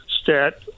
stat